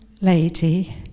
lady